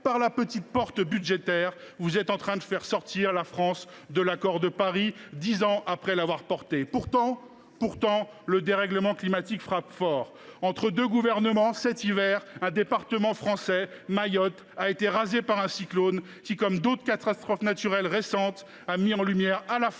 par la petite porte budgétaire, vous êtes en train de faire sortir la France de l’accord de Paris, dix ans après l’avoir défendu. Pourtant, le dérèglement climatique frappe fort. Entre deux gouvernements, cet hiver, un département français, Mayotte, a été rasé par un cyclone, qui, comme d’autres catastrophes naturelles récentes, a mis en lumière à la fois